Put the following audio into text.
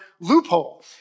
loophole